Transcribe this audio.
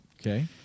Okay